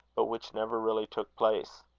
but which never really took place.